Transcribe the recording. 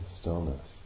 stillness